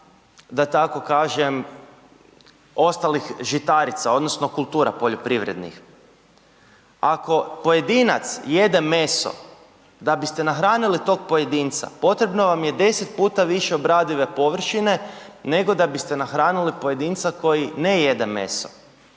da tako kažem ostalih žitarica odnosno kultura poljoprivrednih. Ako pojedinac jede meso da biste nahranili tog pojedinca potrebno vam je 10 puta više obradive površine nego da biste nahranili pojedinca koji ne jede meso